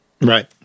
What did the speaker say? Right